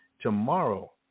tomorrow